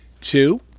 two